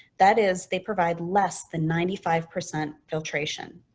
that is they provide less than ninety five percent filtration.